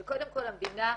אבל קודם כל המדינה,